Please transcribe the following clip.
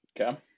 Okay